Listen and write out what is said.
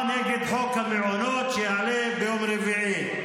נגד חוק המעונות שיעלה ביום רביעי.